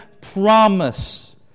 promise